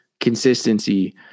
consistency